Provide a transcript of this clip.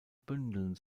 bündeln